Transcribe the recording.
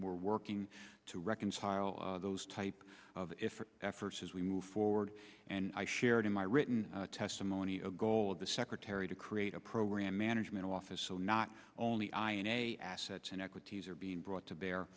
we're working to reconcile those type of efforts as we move forward and i shared in my written testimony a goal of the secretary to create a program management office so not only i am a assets and equities are being brought to bear